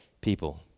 people